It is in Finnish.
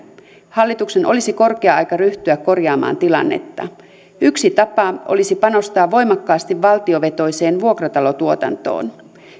hallituksen olisi korkea aika ryhtyä korjaamaan tilannetta yksi tapa olisi panostaa voimakkaasti valtiovetoiseen vuokratalotuotantoon